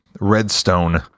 redstone